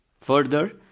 Further